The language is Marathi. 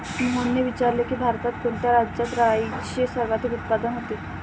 मोहनने विचारले की, भारतात कोणत्या राज्यात राईचे सर्वाधिक उत्पादन होते?